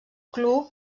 club